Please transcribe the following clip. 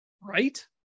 right